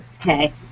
Okay